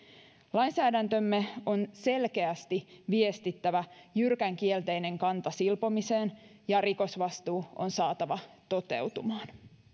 lainsäädäntömme on selkeästi viestittävä jyrkän kielteinen kanta silpomiseen ja rikosvastuu on saatava toteutumaan